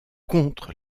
contre